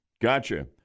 gotcha